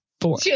four